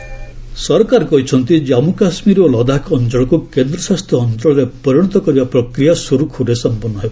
gov Kashmir ସରକାର କହିଛନ୍ତି ଜମ୍ମୁ କାଶ୍ମୀର ଓ ଲଦାଖ୍ ଅଞ୍ଚଳକୁ କେନ୍ଦ୍ରଶାସିତ ଅଞ୍ଚଳରେ ପରିଣତ କରିବା ପ୍ରକ୍ରିୟା ସୁରୁଖୁରୁରେ ସମ୍ପନ୍ନ ହେବ